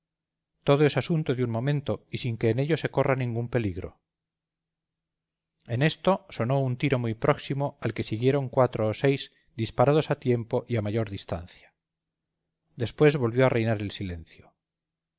todo es asunto de un momento y sin que en ello se corra ningún peligro en esto sonó un tiro muy próximo al que siguieron cuatro o seis disparados a tiempo y a mayor distancia después volvió a reinar silencio